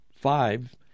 five